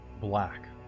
black